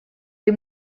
või